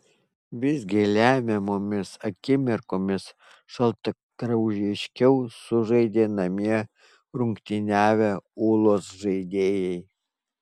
visgi lemiamomis akimirkomis šaltakraujiškiau sužaidė namie rungtyniavę ūlos žaidėjai